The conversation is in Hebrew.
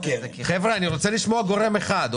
אני רוצה לשמוע גורם אחד.